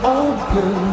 open